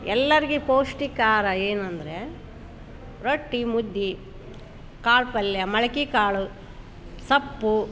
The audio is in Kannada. ಎಲ್ಲರಿಗೆ ಪೌಷ್ಟಿಕ ಆಹಾರ ಏನಂದರೆ ರೊಟ್ಟಿ ಮುದ್ದೆ ಕಾಳು ಪಲ್ಯ ಮೊಳ್ಕೆ ಕಾಳು ಸೊಪ್ಪು